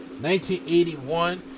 1981